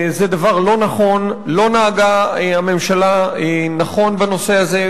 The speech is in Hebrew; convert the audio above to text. זה לא דבר נכון, לא נהגה הממשלה נכון בנושא הזה.